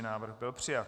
Návrh byl přijat.